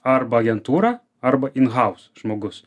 arba agentūra arba inhaus žmogus